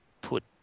put